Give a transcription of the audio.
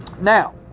Now